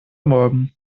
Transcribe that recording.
morgen